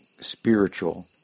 spiritual